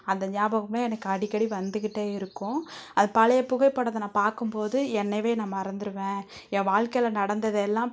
அந்த ஞாபகமே எனக்கு அடிக்கடி வந்துக்கிட்டே இருக்கும் அது பழைய புகைப்படத்தை நான் பார்க்கும்போது என்னையே நான் மறந்துடுவேன் என் வாழ்க்கையில் நடந்தது எல்லாம்